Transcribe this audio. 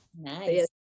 nice